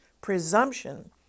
presumption